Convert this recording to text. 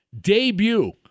debut